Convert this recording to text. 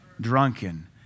Drunken